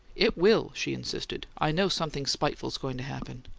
it will, she insisted. i know something spiteful's going to happen!